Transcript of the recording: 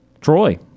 Troy